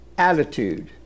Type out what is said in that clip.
attitude